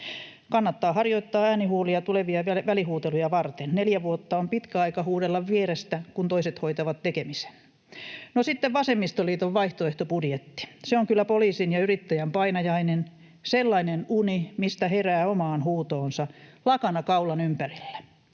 Kannattaa harjoittaa äänihuulia tulevia välihuuteluja varten. Neljä vuotta on pitkä aika huudella vierestä, kun toiset hoitavat tekemisen. No, sitten vasemmistoliiton vaihtoehtobudjetti: Se on kyllä poliisin ja yrittäjän painajainen, sellainen uni, mistä herää omaan huutoonsa lakana kaulan ympärillä.